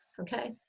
okay